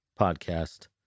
Podcast